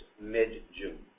mid-June